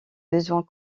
besoins